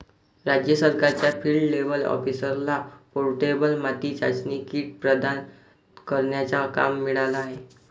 राज्य सरकारच्या field level ऑफिसरला पोर्टेबल माती चाचणी किट प्रदान करण्याचा काम मिळाला आहे